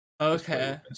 Okay